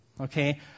okay